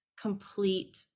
complete